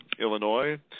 Illinois